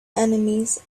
enemies